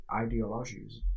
ideologies